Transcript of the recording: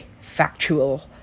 factual